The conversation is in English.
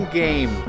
game